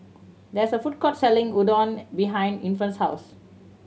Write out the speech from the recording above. there is a food court selling Oden behind Infant's house